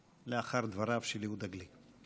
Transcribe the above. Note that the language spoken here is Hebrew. לאחר דבריו של יהודה גליק.